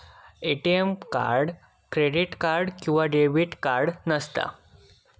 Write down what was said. ATM card credit किंवा debit card नसता